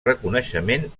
reconeixement